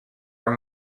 are